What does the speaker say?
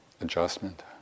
adjustment